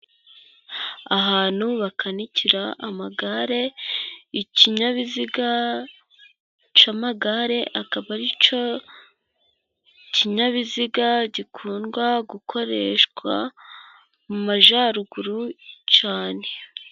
Ahantu bakanikira amagare, ikinyabiziga cy'amagare, akaba aricyo kinyabiziga gikundwa gukoreshwa mu majyaruguru cyane.